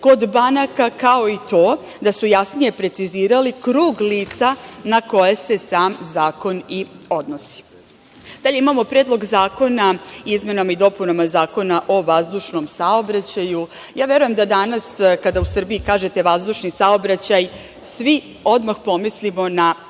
kod banaka, kao i to da su jasnije precizirali krug lica na koje se sam zakon i odnosi. Dalje, imamo Predlog zakona o izmenama i dopunama Zakona o vazdušnom saobraćaju. Verujem da danas kada u Srbiji kažete vazdušni saobraćaj svi odmah pomislimo na